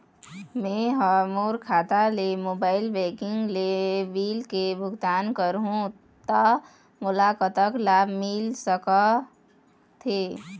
मैं हा मोर खाता ले मोबाइल बैंकिंग ले बिल के भुगतान करहूं ता मोला कतक लाभ मिल सका थे?